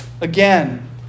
again